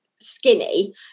skinny